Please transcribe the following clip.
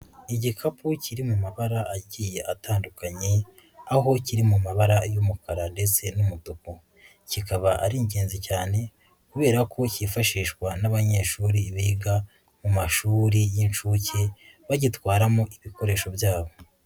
Igikapu kiri mu mabara agiye atandukanye aho kiri mu mabara y'umukara ndetse n'umutuku, kikaba ari ingenzi cyane kubera ko cyifashishwa n'abanyeshuri biga mu mashuri y'inshuke bagitwaramo ibikoresho byabo.